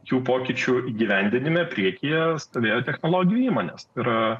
jų pokyčių įgyvendinime priekyje stovėjo technologijų įmonės yra